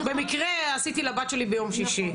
במקרה עשיתי לבת שלי ביום שישי.